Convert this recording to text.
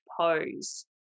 pose